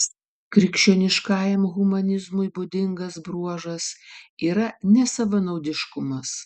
kitas krikščioniškajam humanizmui būdingas bruožas yra nesavanaudiškumas